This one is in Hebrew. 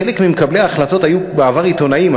חלק ממקבלי ההחלטות היו בעבר עיתונאים,